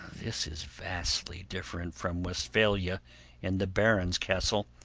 this is vastly different from westphalia and the baron's castle.